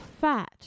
fat